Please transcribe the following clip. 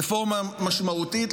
רפורמה משמעותית.